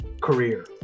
career